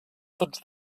tots